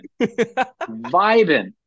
vibing